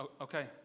okay